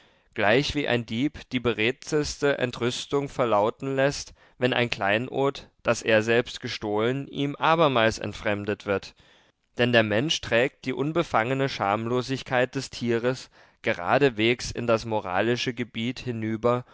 gleich wie ein dieb die beredteste entrüstung verlauten läßt wenn ein kleinod das er selbst gestohlen ihm abermals entfremdet wird denn der mensch trägt die unbefangene schamlosigkeit des tieres geradeswegs in das moralische gebiet hinüber